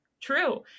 true